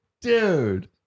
dude